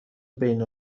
بین